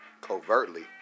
covertly